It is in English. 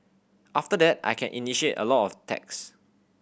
after that I can initiate a lot of attacks